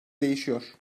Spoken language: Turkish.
değişiyor